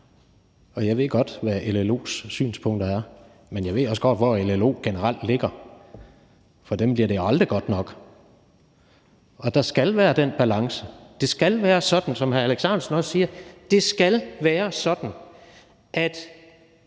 Og jeg ved godt, hvad LLO's synspunkter er, men jeg ved også godt, hvor LLO generelt ligger: For dem bliver det aldrig godt nok. Og der skal være den balance. Det skal være sådan, som hr. Alex Ahrendtsen også siger; det skal være sådan, at